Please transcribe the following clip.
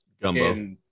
gumbo